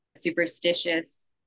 superstitious